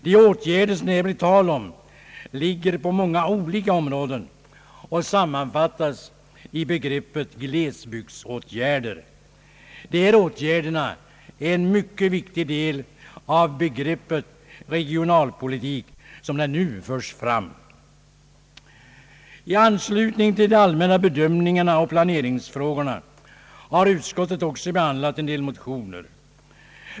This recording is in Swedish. De åtgärder som det här är tal om ligger inom många olika områden och sammanfattas i begreppet glesbygdsåtgärder. Dessa åtgärder är en mycket viktig del av begreppet regionalpolitik som det nu förs fram. I anslutning till de allmänna bedömningarna av planeringsfrågorna har utskottet också behandlat en del motioner.